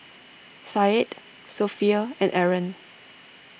Said Sofea and Aaron